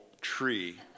tree